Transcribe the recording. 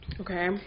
Okay